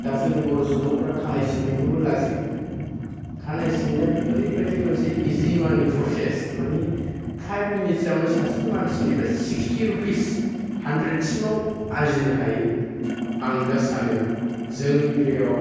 दा जोंनि बर' सुबुंफोरा खानाय सिननायखौबो लाजियो खानाय सिननायादि ओरैबायदि मोनसे इजि मानि प्रसेस माने फाइब मिनिटसावनो सासे मानसिनिफ्राय सिक्सटि रुपिस हान्द्रेडसिमाव आरजिनो हायो आं दा सानो जोंनि एरियायाव